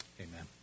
Amen